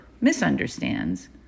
misunderstands